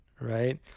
right